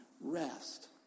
rest